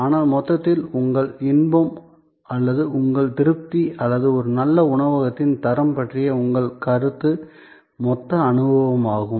ஆனால் மொத்தத்தில் உங்கள் இன்பம் அல்லது உங்கள் திருப்தி அல்லது ஒரு நல்ல உணவகத்தின் தரம் பற்றிய உங்கள் கருத்து மொத்த அனுபவமாகும்